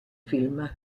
film